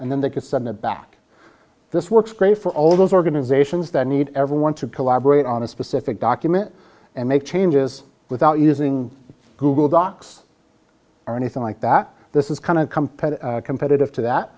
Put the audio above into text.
and then they can send it back this works great for all those organizations that need everyone to collaborate on a specific document and make changes without using google docs or anything like that this is kind of competitive